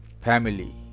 family